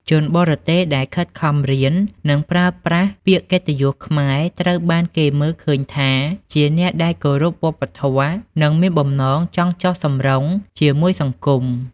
ជនបរទេសដែលខិតខំរៀន និងប្រើប្រាស់ពាក្យកិត្តិយសខ្មែរ ត្រូវបានគេមើលឃើញថាជាអ្នកដែលគោរពវប្បធម៌ និងមានបំណងចង់ចុះសម្រុងជាមួយសង្គម។